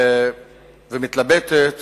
ומתלבטת